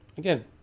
Again